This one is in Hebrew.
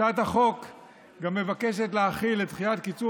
הצעת החוק גם מבקשת להחיל את דחיית קיצור